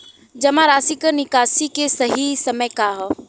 जमा राशि क निकासी के सही समय का ह?